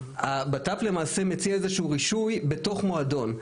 הבט"פ למעשה מציע איזשהו רישוי בתוך מועדון.